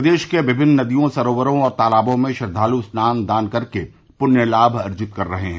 प्रदेश के विमिन्न नदियों सरोवरो और तालाबों में श्रद्वाल स्नान दान कर के पृण्य लाभ अर्जित कर रहे हैं